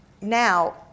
Now